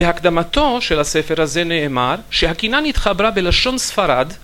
בהקדמתו של הספר הזה נאמר שהקינה נתחברה בלשון ספרד